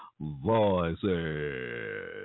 voices